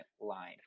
line